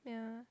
yeah